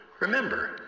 Remember